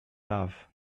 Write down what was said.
love